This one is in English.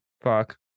Fuck